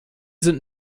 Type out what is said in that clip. sind